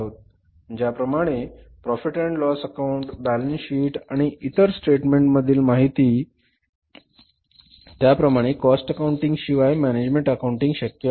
पण ज्याप्रमाणे profit and loss account balance sheet आणि आणि इतर स्टेटमेंट मधील माहिती त्याप्रमाणे कॉस्ट अकाऊंटिंग शिवाय मॅनेजमेण्ट अकाऊण्टिंग शक्य नाही